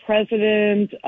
President